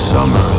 Summer